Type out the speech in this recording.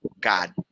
God